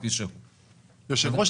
היושב-ראש,